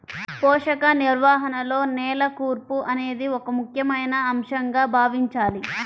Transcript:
పోషక నిర్వహణలో నేల కూర్పు అనేది ఒక ముఖ్యమైన అంశంగా భావించాలి